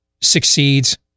succeeds